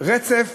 רצף